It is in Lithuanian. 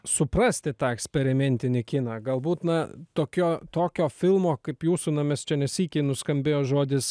suprasti tą eksperimentinį kiną galbūt na tokio tokio filmo kaip jūsų na mes čia ne sykį nuskambėjo žodis